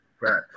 Right